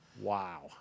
Wow